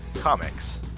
Comics